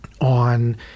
on